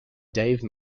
dave